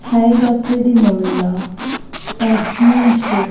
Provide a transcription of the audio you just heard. Saeed Afridi Molla Tasnim Sheikh